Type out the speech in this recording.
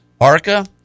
ARCA